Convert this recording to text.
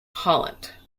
holland